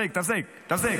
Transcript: תפסיק, תפסיק, תפסיק.